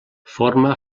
forma